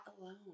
alone